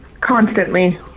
Constantly